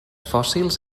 fòssils